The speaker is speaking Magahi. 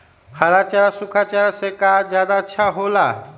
हरा चारा सूखा चारा से का ज्यादा अच्छा हो ला?